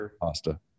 pasta